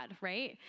right